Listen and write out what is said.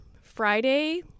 Friday